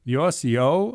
jos jau